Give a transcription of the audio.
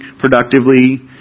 productively